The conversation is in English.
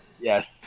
yes